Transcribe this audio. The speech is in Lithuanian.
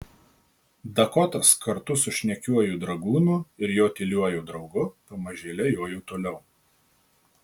dakotas kartu su šnekiuoju dragūnu ir jo tyliuoju draugu pamažėle jojo toliau